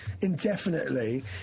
indefinitely